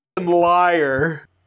liar